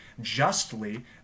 justly